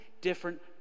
different